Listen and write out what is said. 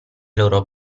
loro